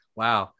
wow